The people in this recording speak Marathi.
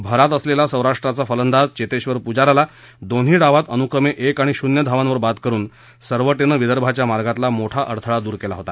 भरात असलेला सौराष्ट्राचा फलंदाज चेतेश्वर पुजाराला दोन्ही डावात अनुक्रमे एक आणि शून्य धावांवर बाद करून सरव ि विदर्भाच्या मार्गातला मोठा अडथळा दूर केला होता